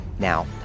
Now